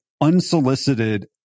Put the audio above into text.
unsolicited